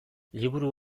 liburu